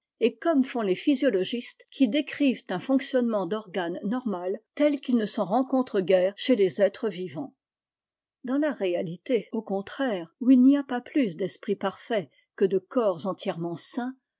et comme font les physiologistes qui décrivent un fonctionnement d'organes normal tel qu'il ne s'en rencontre guère chez les êtres vivants dans la réalité au contraire où il n'y a pas plus d'esprits parfaits que de corps entièrement sains